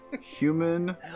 human